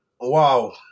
Wow